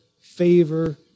favor